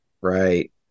Right